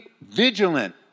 vigilant